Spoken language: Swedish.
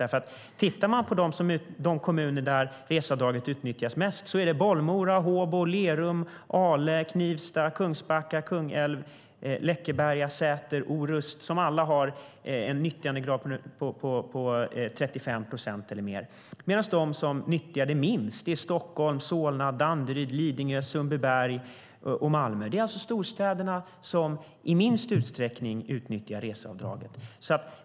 Om vi tittar på de kommuner där reseavdraget utnyttjas mest ser vi att det är Bollmora, Håbo, Lerum, Ale, Knivsta, Kungsbacka, Kungälv, Läckeberg, Säter och Orust. De har alla en nyttjandegrad på 35 procent eller mer. De som nyttjar reseavdraget minst är Stockholm, Solna, Danderyd, Lidingö, Sundbyberg och Malmö. Det är alltså storstäderna som i minst utsträckning utnyttjar reseavdraget.